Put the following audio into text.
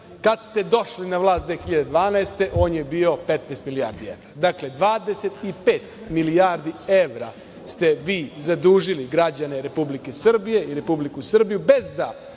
Kada ste došli na vlast, 2012. godine, on je bio 15 milijardi evra. Dakle, 25 milijardi evra ste vi zadužili građane Republike Srbije i Republiku Srbiju, bez da